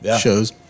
shows